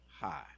high